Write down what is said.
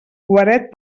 guaret